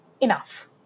enough